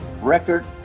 record